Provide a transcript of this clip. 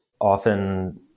often